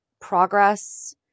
progress